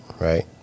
Right